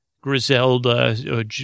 Griselda